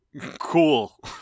cool